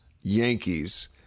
Yankees